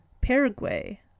Paraguay